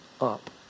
up